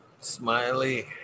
smiley